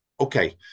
Okay